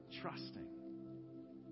trusting